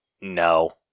No